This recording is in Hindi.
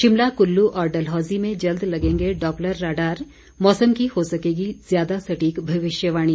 शिमला कुल्लू और डलहौजी में जल्द लगेंगे डॉप्लर राडॉर मौसम की हो सकेगी ज्यादा सटीक मविष्यवाणी